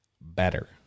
better